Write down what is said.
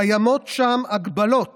קיימות שם הגבלות